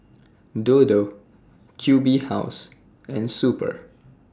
Dodo Q B House and Super